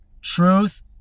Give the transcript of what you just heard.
truth